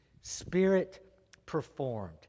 spirit-performed